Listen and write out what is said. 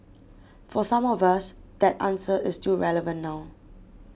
for some of us that answer is still relevant now